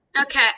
Okay